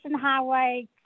highway